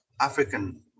African